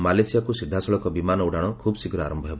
ମାଲେସିଆକୁ ସିଧାସଳଖ ବିମାନ ଉଡ଼ାଶ ଖୁବ୍ ଶୀଘ୍ର ଆର ହେବ